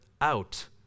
out